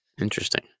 interesting